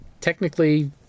technically